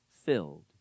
filled